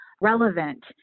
relevant